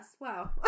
Wow